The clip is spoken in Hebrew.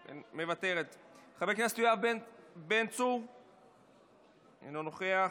מוותרת, חבר הכנסת יואב בן צור, אינו נוכח.